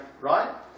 Right